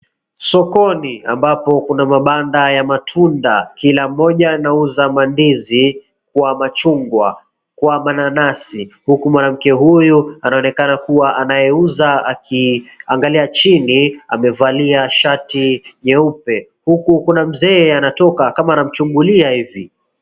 Sokoni ambapo kuna mabanda ya matunda. Kila mmoja anauza mandizi kwa machungwa, kwa mananasi huku mwanamke huyu anaonekana kuwa anayeuza akiangalia chini. Amevalia shati nyeupe huku kuna mzee anatoka kama anamchungulia hivi.